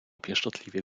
pieszczotliwie